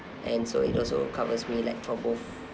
and so it also covers me like for both